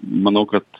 manau kad